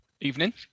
Evening